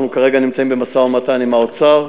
אנחנו כרגע נמצאים במשא-ומתן עם האוצר.